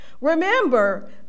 Remember